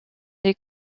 des